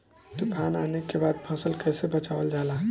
तुफान आने के बाद फसल कैसे बचावल जाला?